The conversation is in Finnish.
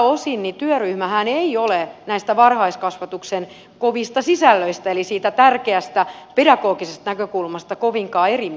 tältä osin työryhmähän ei ole näistä varhaiskasvatuksen kovista sisällöistä eli siitä tärkeästä pedagogisesta näkökulmasta kovinkaan eri mieltä